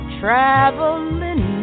traveling